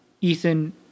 Ethan